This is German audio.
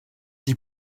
die